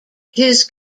his